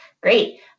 Great